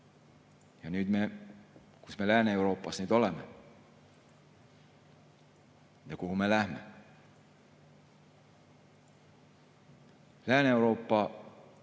Ja kus me Lääne-Euroopas nüüd oleme ja kuhu me läheme? Lääne-Euroopa